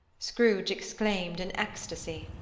scrooge exclaimed in ecstasy.